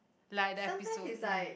like the episode